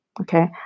Okay